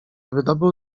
wydobył